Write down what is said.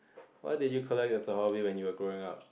what did you collect as a hobby when you were growing up